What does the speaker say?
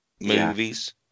movies